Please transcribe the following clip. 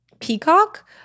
peacock